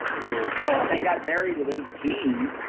you're oh, and i got married at eighteen.